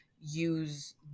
use